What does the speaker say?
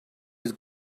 oedd